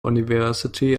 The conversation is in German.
university